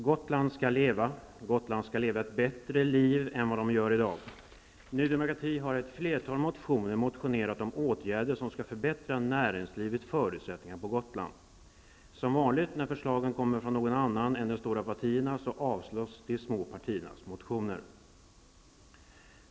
Herr talman! Gotland skall leva ett bättre liv än vad man gör i dag. Ny demokrati har i ett flertal motioner motionerat om åtgärder som skall förbättra näringslivets förutsättningar på Gotland. De små partiernas motioner avslås som vanligt när förslagen kommer från någon annan än de stora partierna.